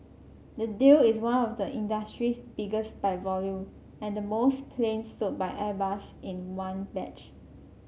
the deal is one of the industry's biggest by volume and the most planes sold by Airbus in one batch